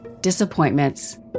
disappointments